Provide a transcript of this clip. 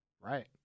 Right